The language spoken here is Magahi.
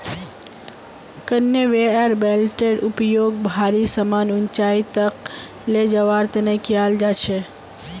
कन्वेयर बेल्टेर उपयोग भारी समान ऊंचाई तक ले जवार तने कियाल जा छे